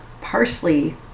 parsley